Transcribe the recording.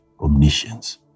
omniscience